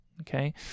Okay